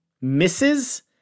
misses